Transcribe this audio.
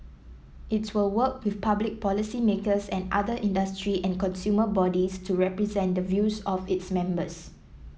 its will work with public policymakers and other industry and consumer bodies to represent the views of its members